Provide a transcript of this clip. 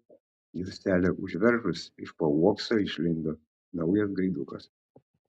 juostelę užveržus iš po uokso išlindo naujas gaidukas